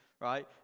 right